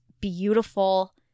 beautiful